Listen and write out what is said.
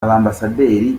ambasaderi